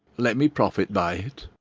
let me profit by it.